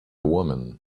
woman